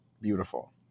beautiful